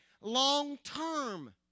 long-term